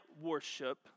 worship